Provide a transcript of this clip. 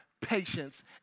patience